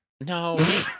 No